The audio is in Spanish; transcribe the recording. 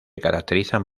caracterizan